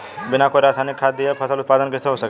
बिना कोई रसायनिक खाद दिए फसल उत्पादन कइसे हो सकेला?